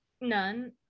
None